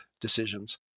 decisions